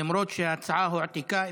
למרות שההצעה הועתקה,